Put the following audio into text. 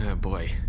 boy